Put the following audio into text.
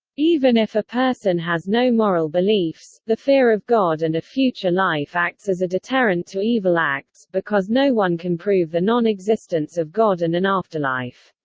even if a person has no moral beliefs, the fear of god and a future life acts as a deterrent to evil acts, because no one can prove the non-existence of god and an afterlife.